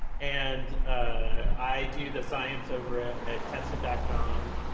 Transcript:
and i do the science over ah at tested ah com.